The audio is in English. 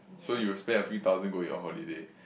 so you will spend a few thousand going on holiday